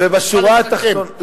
תוכל לסכם.